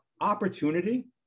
opportunity